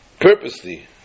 purposely